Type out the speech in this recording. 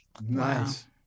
Nice